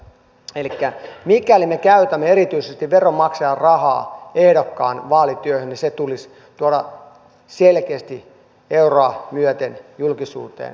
elikkä mikäli me käytämme erityisesti veronmaksajan rahaa ehdokkaan vaalityöhön niin se tulisi tuoda selkeästi euroa myöten julkisuuteen